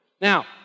Now